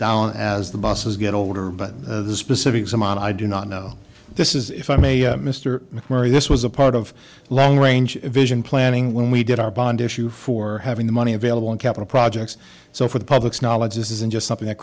down as the buses get older but the specifics amount i do not know this is if i may mr murray this was a part of long range vision planning when we did our bond issue for having the money available in capital projects so for the public's knowledge this isn't just something that